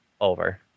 over